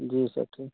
जी sir ठीक